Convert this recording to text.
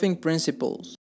Principles